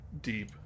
deep